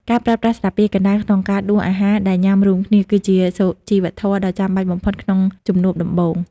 ការប្រើប្រាស់ស្លាបព្រាកណ្ដាលក្នុងការដួសអាហារដែលញ៉ាំរួមគ្នា គឺជាសុជីវធម៌ដ៏ចាំបាច់បំផុតក្នុងជំនួបដំបូង។